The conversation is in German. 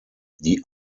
die